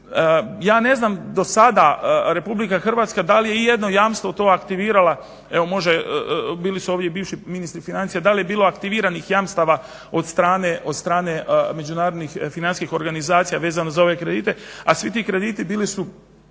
ja ne znam dosada RH da li je ijedno jamstvo to aktivirala evo može bili su ovdje i bivši ministri financija da li je bilo aktiviranih jamstava od strane međunarodnih financijskih organizacija vezano za ove kredite, a svi ti krediti bili su